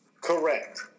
Correct